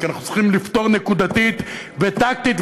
כי אנחנו צריכים לפתור נקודתית וטקטית,